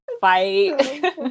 fight